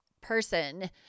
person